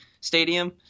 stadium